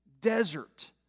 desert